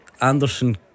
Anderson